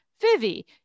vivi